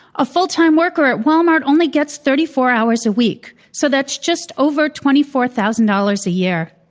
a fulltime worker at walmart only gets thirty four hours a week, so that's just over twenty four thousand dollars a year.